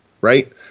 Right